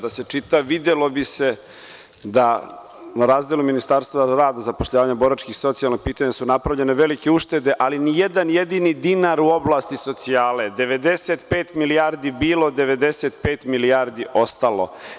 Da se čita, videlo bi se da na razdelu Ministarstva za rad, zapošljavanje, boračka i socijalna pitanja, napravljene su velike uštede, ali nijedan jedini dinar u oblasti socijale, 95 milijardi bilo i 95 milijardi ostalo.